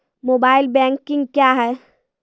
Mobile banking क्या हैं?